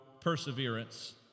perseverance